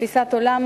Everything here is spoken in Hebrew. כתפיסת עולם,